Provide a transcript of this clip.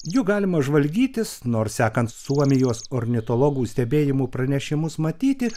jų galima žvalgytis nors sekant suomijos ornitologų stebėjimų pranešimus matyti